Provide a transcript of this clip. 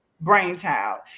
brainchild